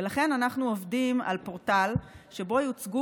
ולכן אנחנו עובדים על פורטל שבו יוצגו